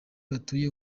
batuye